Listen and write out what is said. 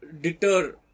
deter